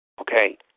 Okay